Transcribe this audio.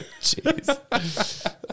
Jeez